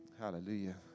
Hallelujah